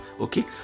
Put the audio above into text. Okay